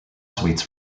sweets